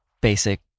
basic